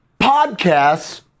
podcasts